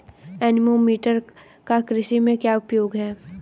Anemometer का कृषि में क्या उपयोग है?